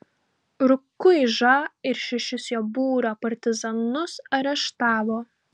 rukuižą ir šešis jo būrio partizanus areštavo